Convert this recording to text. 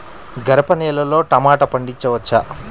గరపనేలలో టమాటా పండించవచ్చా?